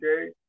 okay